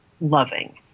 loving